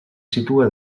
situa